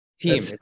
Team